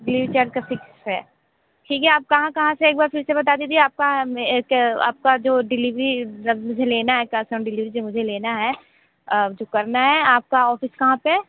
delivery charge का fix है ठीक है आप कहाँ कहाँ से एक बार फिर से बता दिजिए आपका आपका जो डिलिवरी मुझे लेना है कैश ऑन डिलीवरी जो मुझे लेना है जो करना है आपका ऑफिस कहाँ पर है